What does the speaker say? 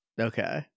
Okay